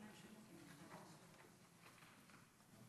בואי,